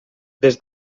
des